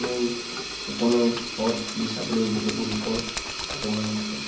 নৈ উপনৈ হ্ৰদ আদি চাবলৈও বহুতো লোকৰ আগমন ঘটে